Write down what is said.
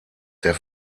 der